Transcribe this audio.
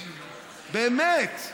באמת.